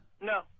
No